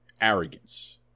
arrogance